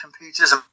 computers